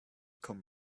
come